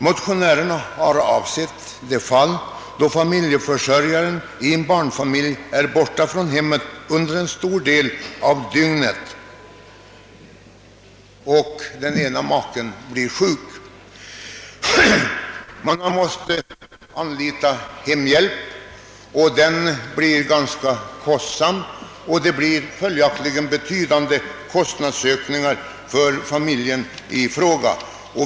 Motionärerna har avsett det fall då familjeförsörjaren i en barnfamilj är borta från hemmet under en stor del av dygnet och den ena maken blir sjuk, varvid vederbörande måste anlita hemhjälp. Denna blir ganska kostsam, och det uppstår betydande kostnadsökningar för familjen i fråga.